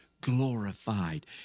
glorified